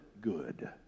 good